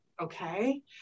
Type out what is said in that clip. okay